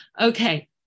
Okay